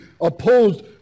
opposed